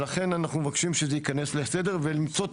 לכן אנחנו מבקשים שזה ייכנס לסדר ולמצוא את